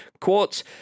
Quote